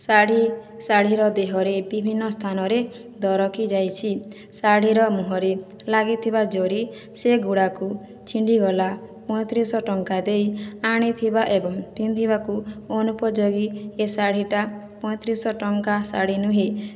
ଶାଢ଼ୀ ଶାଢ଼ୀର ଦେହରେ ବିଭିନ୍ନ ସ୍ଥାନରେ ଦରକି ଯାଇଛି ଶାଢ଼ୀର ମୁହଁରେ ଲାଗିଥିବା ଜରି ସେଗୁଡ଼ାକୁ ଛିଣ୍ଡିଗଲା ପଇଁତିରିଶଶହ ଟଙ୍କା ଦେଇ ଆଣିଥିବା ଏବଂ ପିନ୍ଧିବାକୁ ଅନୁପଯୋଗୀ ଏ ଶାଢ଼ୀଟା ପଇଁତିରିଶଶହ ଟଙ୍କା ଶାଢ଼ୀ ନୁହେଁ